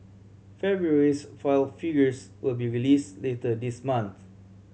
February's foil figures will be release later this month